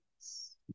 Yes